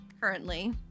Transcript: currently